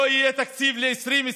לא יהיה תקציב ל-2021,